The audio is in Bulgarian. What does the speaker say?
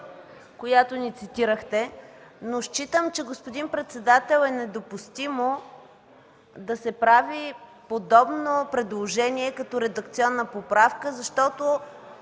която ни цитирахте. Но считам, господин председател, че е недопустимо да се прави подобно предложение като редакционна поправка, защото